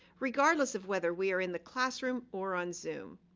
regardless of whether we are in the classroom or on zoom.